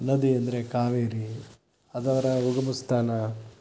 ನದಿ ಅಂದರೆ ಕಾವೇರಿ ಅದರ ಉಗಮಸ್ಥಾನ